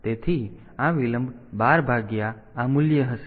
તેથી આ વિલંબ 12 ભાગ્યા આ મૂલ્ય હશે